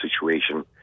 situation